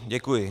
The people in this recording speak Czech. Děkuji.